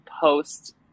post